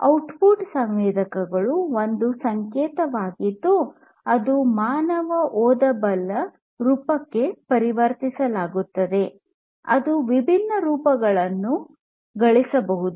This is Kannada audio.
ಔಟ್ಪುಟ್ ಸಂವೇದಕಗಳು ಒಂದು ಸಂಕೇತವಾಗಿದ್ದು ಅದು ಮಾನವ ಓದಬಲ್ಲ ರೂಪಕ್ಕೆ ಪರಿವರ್ತಿಸಲಾಗುತ್ತದೆ ಅದು ವಿಭಿನ್ನ ರೂಪಗಳನ್ನು ಗಳಿಸಬಹುದು